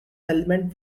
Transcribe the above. element